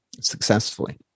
successfully